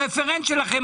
למה הרפרנט שלכם,